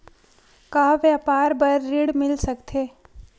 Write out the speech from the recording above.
का व्यापार बर ऋण मिल सकथे?